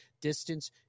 distance